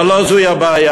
אבל לא זו הבעיה.